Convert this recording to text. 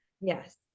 yes